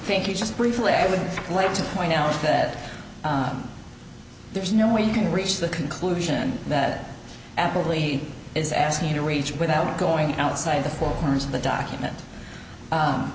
think you just briefly i would like to point out that there is no way you can reach the conclusion that apple really is asking you to reach without going outside the four corners of the document